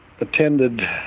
attended